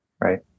right